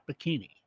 Bikini